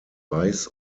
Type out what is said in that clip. weiß